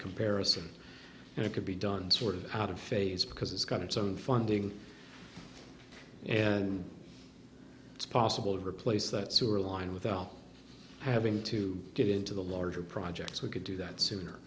comparison and it could be done sort of out of phase because it's got its own funding and it's possible to replace that sewer line without having to get into the larger projects we could do that sooner